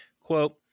quote